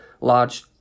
large